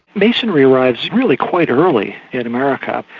masonry arrives really quite early in america.